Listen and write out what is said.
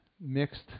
mixed